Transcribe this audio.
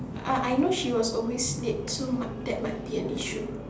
uh I know she was always late so mi~ that might be an issue